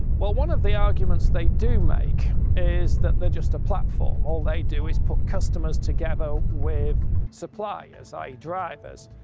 well one of the arguments they do make is that they're just a platform. all they do is put customers together with suppliers, i e. drivers.